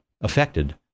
affected